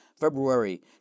February